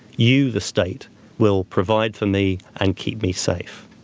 you, the state will provide for me and keep me safe.